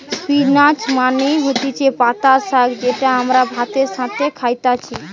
spinach মানে হতিছে পাতা শাক যেটা আমরা ভাতের সাথে খাইতেছি